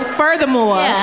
furthermore